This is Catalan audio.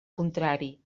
contrari